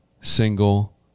single